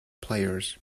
players